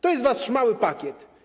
To jest wasz mały pakiet.